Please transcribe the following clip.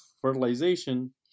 fertilization